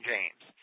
James